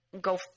go